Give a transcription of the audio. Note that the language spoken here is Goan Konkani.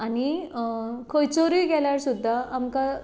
आनी खंयसरूय गेल्यार सुद्दां आमकां